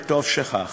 וטוב שכך.